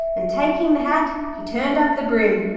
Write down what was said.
and taking the hat he turned up the brim,